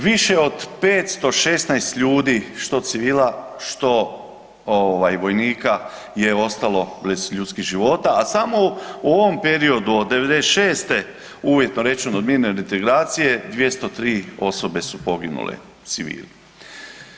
Više od 516 ljudi što civila što ovaj vojnika je ostalo bez ljudskih života, a samo u ovom periodu od '96. uvjetno rečeno od mirne reintegracije 203 osobe su poginule, civili.